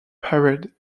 parade